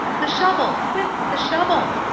the shovel, quick, the shovel!